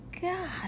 god